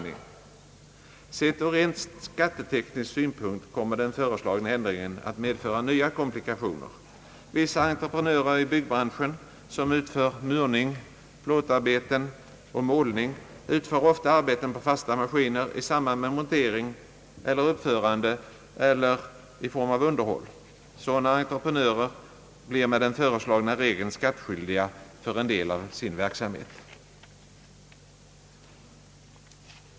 Sett ur rent skatteteknisk synpunkt kommer den föreslagna ändringen att medföra nya komplikationer. Vissa entreprenörer i byggbranschen, som utför murning, plåtarbeten och målning, utför ofta arbeten på fasta maskiner i samband med montering eller uppförande eller i form av underhåll. Sådana entreprenör blir med de föreslag na reglerna skattskyldiga för en del av sin verksamhet.